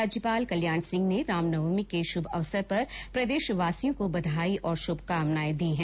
राज्यपाल कल्याण सिंह ने रामनवमी के शुभ अवसर पर प्रदेशवासियों को बधाई और शुभकामनाए दी हैं